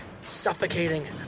suffocating